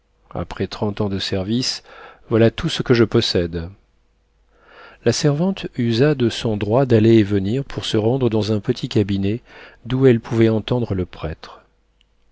après trente ans de service voilà tout ce que je possède la servante usa de son droit d'aller et venir pour se rendre dans un petit cabinet d'où elle pouvait entendre le prêtre